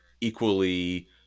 equally